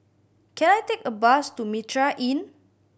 can I take a bus to Mitraa Inn